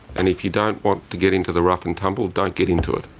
and if you don't want to get into the rough-and-tumble, don't get into it.